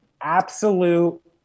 absolute